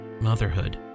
motherhood